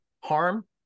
harm